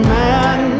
man